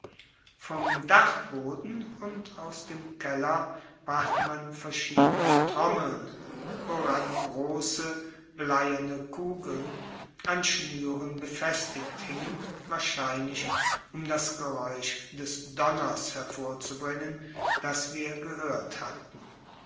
vom dachboden und aus dem keller brachte man verschiedene trommeln woran große bleierne kugeln an schnüren befestigt hingen wahrscheinlich um das geräusche des donners hervorzubringen das wir gehört hatten